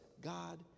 God